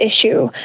issue